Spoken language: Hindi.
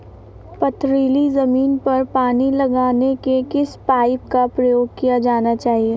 पथरीली ज़मीन पर पानी लगाने के किस पाइप का प्रयोग किया जाना चाहिए?